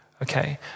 Okay